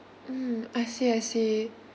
mm I see I see